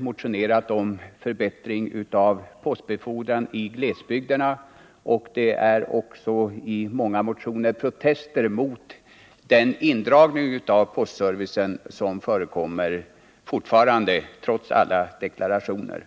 motionerat om förbättringar av postbetordran i glesbygd, och det finns också i många motioner protester mot den försämring av postservicen som fortfarande förekommer, trots alla deklarationer.